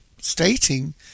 stating